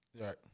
right